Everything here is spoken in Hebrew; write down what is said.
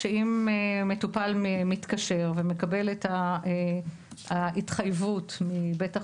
אם מטופל מתקשר ומקבל את ההתחייבות מבית החולים,